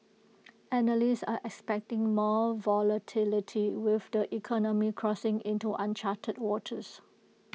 analysts are expecting more volatility with the economy crossing into uncharted waters